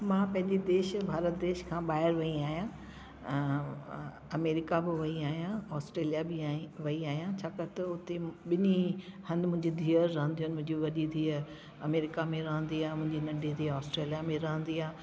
मां पंहिंजे देश भारत देश खां ॿाहिरि वई आहियां अमेरिका बि वई आहियां ऑस्ट्रेलिया बि आई वई आहियां छाकाणि त हुते ॿिनी हंधि मुंहिंजी धीअर रहंदियूं आहिनि मुंहिंजी वॾी धीउ अमेरिका में रहंदी आहे मुंहिंजी नंढी धीउ ऑस्ट्रेलिया में रहंदी आहे